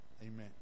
Amen